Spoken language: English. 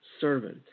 servant